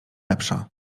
lepsza